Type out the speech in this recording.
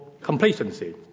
complacency